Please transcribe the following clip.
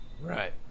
Right